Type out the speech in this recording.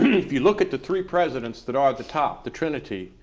if you look at the three presidents that are at the top, the trinity,